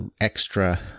extra